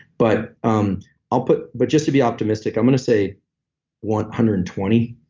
but um i'll put. but just to be optimistic, i'm going to say one hundred and twenty,